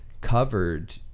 covered